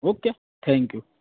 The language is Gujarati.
okay thank you